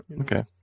Okay